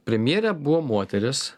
premjerė buvo moteris